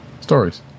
stories